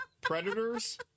Predators